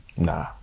Nah